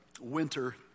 winter